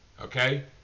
okay